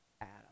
adam